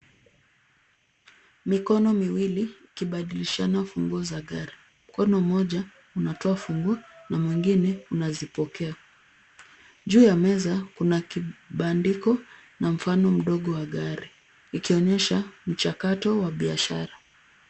Mikono miwili ilibadilishiana funguo za gari. Mkono moja unatoa funguo na mwingine unazipokea. Juu ya meza kuna kibandiko na mfano mdogo wa gari ikionyesha mchakato wa biashara.